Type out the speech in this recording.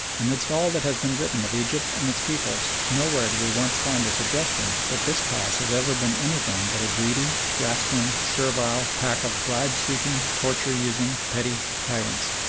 amidst all that has been written of egypt and its peoples nowhere do we once find a suggestion that this class has ever been anything but a greedy, grasping, servile pack of bribe-seeking, torture-using, petty tyrants.